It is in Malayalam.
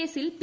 കേസിൽ പി